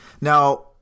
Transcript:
Now